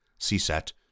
CSET